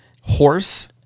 Horse